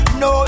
no